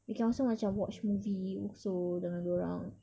we can also macam watch movie also dengan dia orang